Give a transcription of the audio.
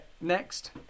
next